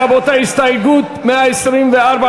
ההסתייגות של קבוצת סיעת העבודה,